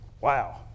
Wow